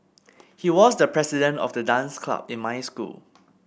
he was the president of the dance club in my school